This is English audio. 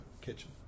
kitchen